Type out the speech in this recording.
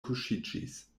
kuŝiĝis